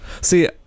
See